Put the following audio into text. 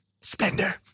splendor